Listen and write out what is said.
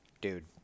dude